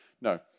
No